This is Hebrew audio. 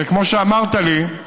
וכמו שאמרת לי,